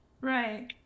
Right